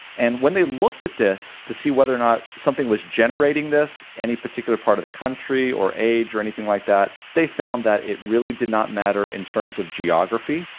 and when they looked at this to see whether or not something was generating this any particular part of the country or age or anything like that they found that it really did not matter in terms of geography,